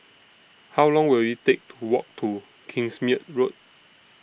How Long Will IT Take to Walk to Kingsmead Road